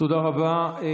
תודה רבה.